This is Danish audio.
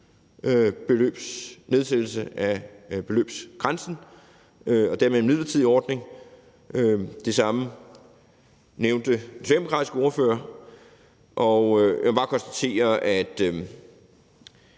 nedsættelse af beløbsgrænsen og dermed en midlertidig ordning. Det samme nævnte den socialdemokratiske ordfører, og jeg må bare konstatere det